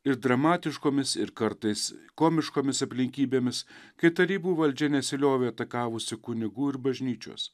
ir dramatiškomis ir kartais komiškomis aplinkybėmis kai tarybų valdžia nesiliovė atakavusi kunigų ir bažnyčios